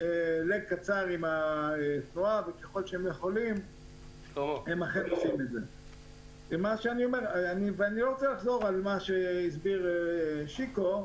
אני לא רוצה לחזור על מה שהסביר שיקו,